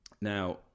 Now